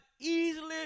easily